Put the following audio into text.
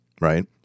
right